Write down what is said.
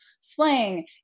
slang